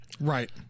Right